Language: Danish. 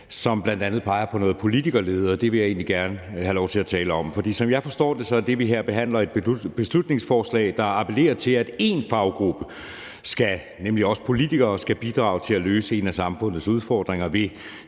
som bl.a. peger på noget politikerlede, og det vil jeg egentlig gerne have lov til at tale om. For som jeg forstår det, er det, vi behandler her, et beslutningsforslag, der appellerer til, at én faggruppe, nemlig os politikere, skal bidrage til at løse en af samfundets udfordringer ved